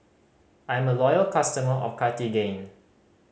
I am a loyal customer of Cartigain